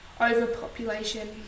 overpopulation